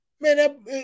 Man